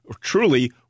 truly